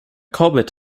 corbett